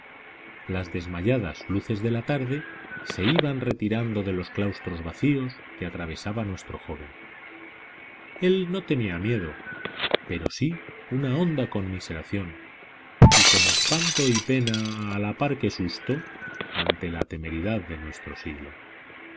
las desmayadas luces de la tarde se iban retirando de los claustros vacíos que atravesaba nuestro joven él no tenía miedo pero sí una honda conmiseración y como espanto y pena a la par que susto ante la temeridad de nuestro siglo